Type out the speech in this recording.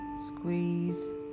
Squeeze